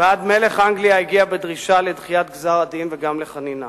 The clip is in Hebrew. ועד מלך אנגליה הגיע בדרישה לדחיית גזר-הדין וגם לחנינה.